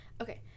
Okay